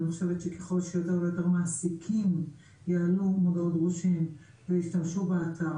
אני חושבת שככל שיותר ויותר מעסיקים יעלו מודעות דרושים והשתמשו באתר,